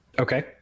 Okay